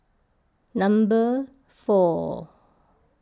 number four